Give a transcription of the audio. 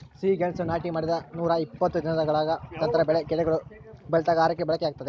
ಸಿಹಿಗೆಣಸು ನಾಟಿ ಮಾಡಿದ ನೂರಾಇಪ್ಪತ್ತು ದಿನಗಳ ನಂತರ ಬೆಳೆ ಗೆಡ್ಡೆಗಳು ಬಲಿತಾಗ ಆಹಾರಕ್ಕೆ ಬಳಕೆಯಾಗ್ತದೆ